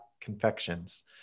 confections